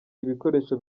ibikoresho